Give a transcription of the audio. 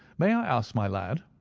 may i ask, my lad,